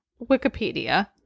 Wikipedia